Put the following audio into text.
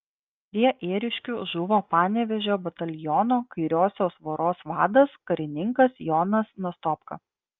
prie ėriškių žuvo panevėžio bataliono kairiosios voros vadas karininkas jonas nastopka